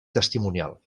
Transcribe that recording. testimonial